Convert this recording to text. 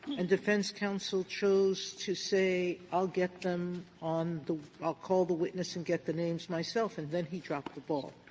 and defense counsel chose to say, i'll get them on the i'll call the witness and get the names myself, and then he dropped ball.